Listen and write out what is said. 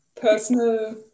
personal